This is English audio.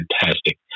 fantastic